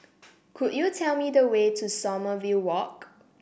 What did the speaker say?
could you tell me the way to Sommerville Walk